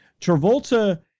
Travolta